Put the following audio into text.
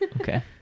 Okay